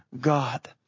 God